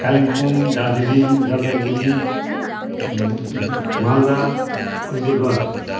Kalimpong Darjeeling Jalpaiguri Malda Alipurduar